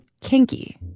kinky